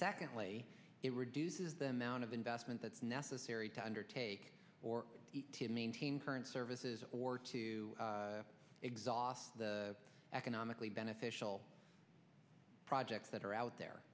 secondly it reduces the amount of investment that's necessary to undertake or maintain current services or to exhaust the economically beneficial projects that are out there